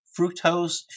fructose